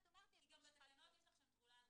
כי בתקנות יש לך תחולה הדרגתית,